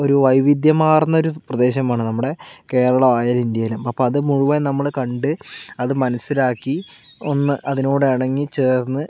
ഒരു വൈവിധ്യമാര്ന്നൊരു പ്രദേശമാണ് നമ്മുടെ കേരളമായാലും ഇന്ത്യയായാലും അപ്പം അത് മുഴുവന് നമ്മൾ കണ്ട് അത് മനസ്സിലാക്കി ഒന്ന് അതിനോട് ഇണങ്ങി ചേര്ന്ന്